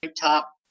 top